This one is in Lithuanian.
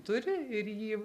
turi ir jį